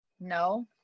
No